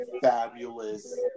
fabulous